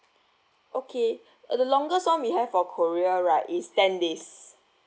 okay uh the longest [one] we have for korea right is ten days